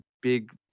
big